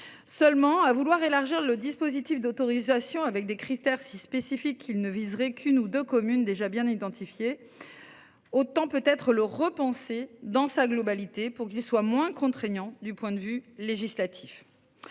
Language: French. Seulement à vouloir élargir le dispositif d'autorisation, avec des critères si spécifique, ils ne viserait qu'une ou deux communes déjà bien identifiés. Autant peut être le repensée dans sa globalité pour qu'il soit moins contraignant du point de vue législatif.